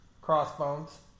Crossbones